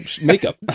Makeup